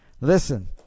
Listen